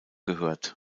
gehört